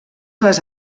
les